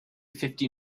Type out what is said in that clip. fifty